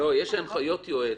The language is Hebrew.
יש הנחיות יועץ,